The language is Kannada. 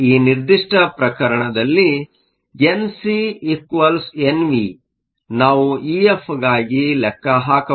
ಈ ನಿರ್ದಿಷ್ಟ ಪ್ರಕರಣದಲ್ಲಿ ಎನ್ಸಿ ಎನ್ ವಿ ನಾವು EFi ಗಾಗಿ ಲೆಕ್ಕ ಹಾಕಬಹುದು